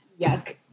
yuck